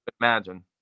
imagine